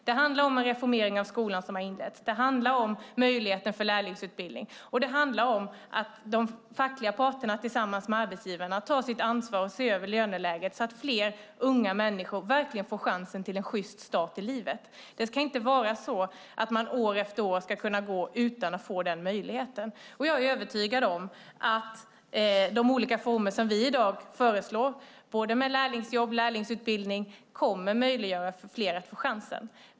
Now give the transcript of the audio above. Det handlar om den reformering av skolan som redan inletts, om möjligheter till lärlingsutbildning och om att de fackliga parterna tillsammans med arbetsgivarna tar sitt ansvar och ser över löneläget så att fler unga människor verkligen får chansen till en sjyst start i livet. Man ska inte behöva gå år efter år utan att få den möjligheten. Jag är övertygad om att de olika reformer som vi i dag föreslår, både lärlingsjobb och lärlingsutbildning, kommer att göra det möjligt för fler att få chansen.